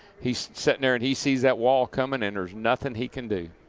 he's sitting there, and he sees that wall coming and there's nothing he can do.